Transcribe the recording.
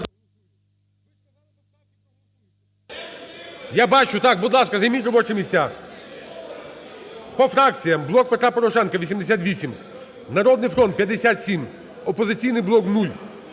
Я бачу. Так, будь ласка, займіть робочі місця. По фракціям: "Блок Петра Порошенка" – 88, "Народний фронт" – 57, "Опозиційний блок" –